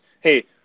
hey